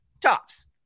tops